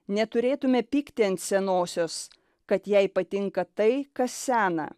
neturėtume pykti ant senosios kad jai patinka tai kas sena